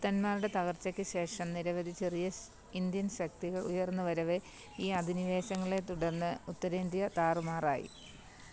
ഗുപ്തന്മാരുടെ തകർച്ചയ്ക്ക് ശേഷം നിരവധി ചെറിയ ഇൻഡ്യൻ ശക്തികൾ ഉയർന്നുവരവേ ഈ അധിനിവേശങ്ങളെ തുടർന്ന് ഉത്തരേന്ത്യ താറുമാറായി